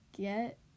get